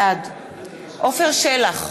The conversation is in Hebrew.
בעד עפר שלח,